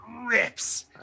rips